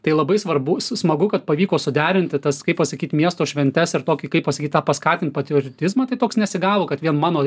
tai labai svarbu smagu kad pavyko suderinti tas kaip pasakyt miesto šventes ir tokį kaip pasakyt tą paskatint patriotizmą tai toks nesigavo kad vien mano